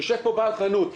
יושב פה בעל חנות.